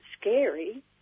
scary